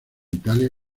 italia